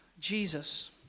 Jesus